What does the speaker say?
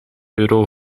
euro